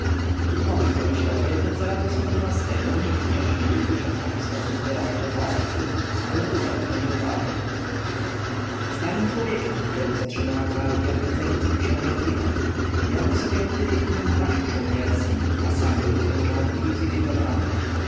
tutmozis pomyślał że jednak za ramzesa xii-go nikt nie ośmieliłby się w ten sposób wyrażać o władcy ale udał że nie uważa starym człowiekiem którego zatrzymała warta był fenicki książę hiram miał na sobie okryty kurzem płaszcz żołnierski a sam był zmęczony i zirytowany